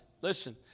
Listen